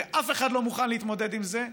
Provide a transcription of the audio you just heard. ואף אחד לא מוכן להתמודד עם זה,